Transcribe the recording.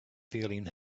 feeling